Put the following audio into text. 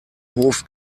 hof